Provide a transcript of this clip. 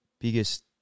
biggest